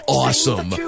awesome